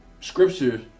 scriptures